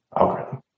algorithm